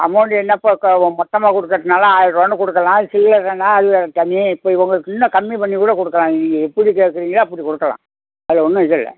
amount என்ன இப்போ மொத்தமாக கொடுக்கறதுனால ஆயர்வானு குடுக்கலாம் சில்லறைன்னா அது வேறு தனி இப்போ உங்களுக்கு இன்னும் கம்மி பண்ணி கூட கொடுக்கலாம் நீங்கள் எப்படி கேட்குறிங்களோ அப்படி கொடுக்கலாம் அது ஒன்றும் இது இல்லை